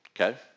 okay